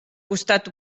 costat